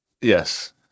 Yes